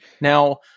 Now